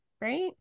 Right